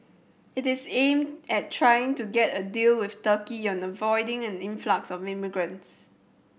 it is aimed at trying to get a deal with Turkey on avoiding an influx of migrants